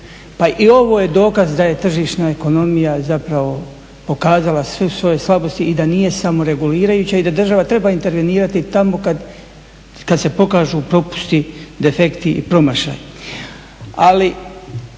Pa i ovo je dokaz da je tržišna ekonomija zapravo pokazala sve svoje slabosti i da nije samo regulirajuća i da država treba intervenirati tamo kad se pokažu propusti, defekti i promašaji.